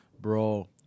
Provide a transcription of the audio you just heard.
Bro